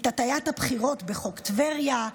את הטיית הבחירות בחוק טבריה,